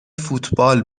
فوتبال